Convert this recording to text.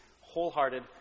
wholehearted